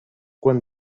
quan